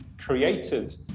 created